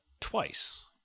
twice